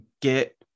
get